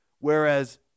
Whereas